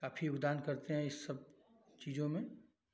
काफ़ी योगदान करते हैं इस सब चीज़ों में